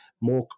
more